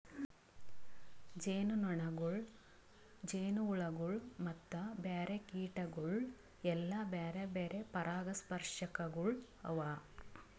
ಜೇನುನೊಣಗೊಳ್, ಜೇನುಹುಳಗೊಳ್ ಮತ್ತ ಬ್ಯಾರೆ ಕೀಟಗೊಳ್ ಎಲ್ಲಾ ಬ್ಯಾರೆ ಬ್ಯಾರೆ ಪರಾಗಸ್ಪರ್ಶಕಗೊಳ್ ಅವಾ